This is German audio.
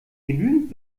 genügend